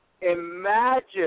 Imagine